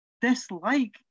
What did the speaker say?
dislike